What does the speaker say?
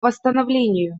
восстановлению